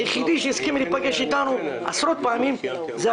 היחידי שהסכים להיפגש איתנו עשרות פעמים זה אתה,